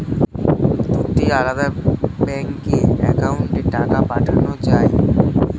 দুটি আলাদা ব্যাংকে অ্যাকাউন্টের টাকা পাঠানো য়ায়?